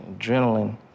adrenaline